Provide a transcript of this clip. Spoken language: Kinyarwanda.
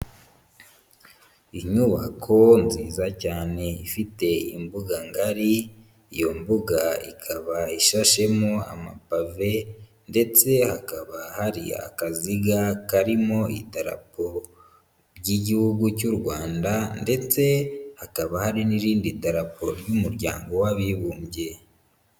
Inyubako nziza cyane ifite imbuga ngari, iyo mbuga ikaba ishashemo amapave ndetse hakaba hari akaziga karimo idarapo by'Igihugu cy'u Rwanda ndetse hakaba hari n'irindi darapo ry'umuryango w'abibumbye.